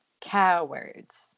cowards